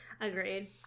Agreed